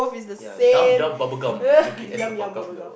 ya dumb dumb bubble gum looking at her buttock